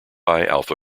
alpha